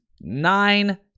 Nine